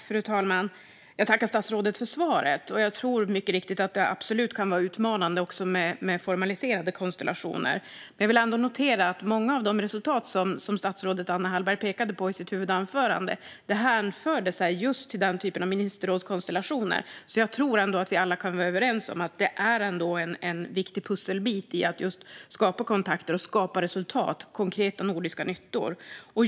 Fru talman! Jag tackar statsrådet för svaret. Jag tror absolut att det kan vara utmanande med formaliserade konstellationer. Jag vill ändå notera att många av de resultat som statsrådet Anna Hallberg pekade på i sitt huvudanförande hänförde sig just till den typen av ministerrådskonstellationer. Jag tror att vi alla kan vara överens om att det är en viktig pusselbit i att skapa kontakter, resultat och nordiska nyttor.